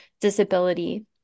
disability